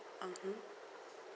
mmhmm